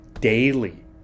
daily